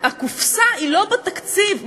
הקופסה היא לא בתקציב,